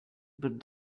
but